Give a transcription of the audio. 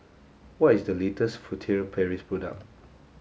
what is the latest Furtere Paris product